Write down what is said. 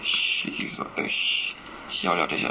chiv~ eh chi~ siao liao 等一下